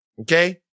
Okay